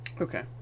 Okay